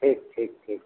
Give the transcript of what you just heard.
ठीक ठीक ठीक